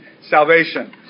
salvation